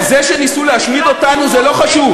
זה שניסו להשמיד אותנו זה לא חשוב.